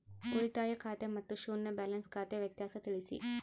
ಉಳಿತಾಯ ಖಾತೆ ಮತ್ತೆ ಶೂನ್ಯ ಬ್ಯಾಲೆನ್ಸ್ ಖಾತೆ ವ್ಯತ್ಯಾಸ ತಿಳಿಸಿ?